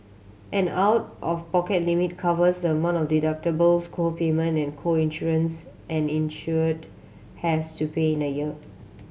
an out of pocket limit covers the amount of deductibles co payment and co insurance an insured has to pay in a year